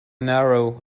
narrow